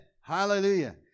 Hallelujah